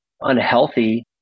unhealthy